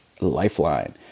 lifeline